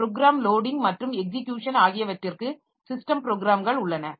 program loading மற்றும் execution ஆகியவற்றிற்கு ஸிஸ்டம் ப்ராேகிராம்கள் உள்ளன